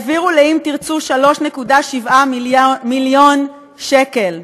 העביר לאם תרצו 3.7 מיליון שקל.